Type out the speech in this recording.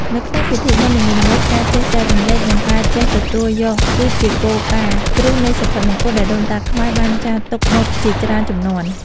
នៅក្នុងពិធីបុណ្យនីមួយៗការចេះចែករំលែក និងការចេះទទួលយក គឺជាគោលការណ៍គ្រឹះនៃសុភមង្គលដែលដូនតាខ្មែរបានចារទុកមកជាច្រើនជំនាន់។